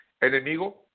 enemigo